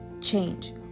change